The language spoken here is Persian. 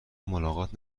ملاقات